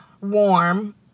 warm